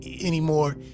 anymore